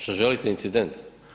Što želite incident?